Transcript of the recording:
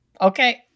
Okay